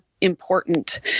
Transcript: important